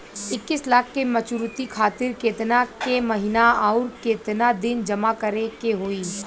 इक्कीस लाख के मचुरिती खातिर केतना के महीना आउरकेतना दिन जमा करे के होई?